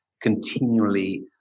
continually